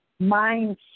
mindset